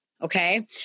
okay